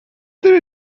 there